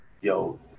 Yo